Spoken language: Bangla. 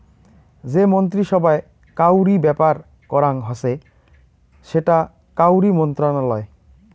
যে মন্ত্রী সভায় কাউরি ব্যাপার করাং হসে সেটা কাউরি মন্ত্রণালয়